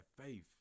faith